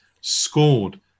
scored